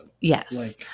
Yes